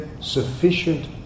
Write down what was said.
sufficient